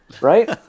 Right